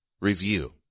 review